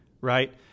right